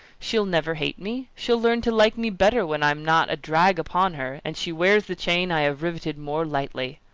she'll never hate me. she'll learn to like me better when i'm not a drag upon her, and she wears the chain i have riveted more lightly.